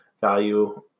value